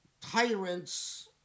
tyrants